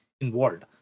involved